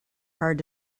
hard